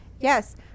Yes